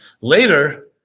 Later